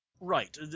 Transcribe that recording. Right